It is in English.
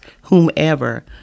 whomever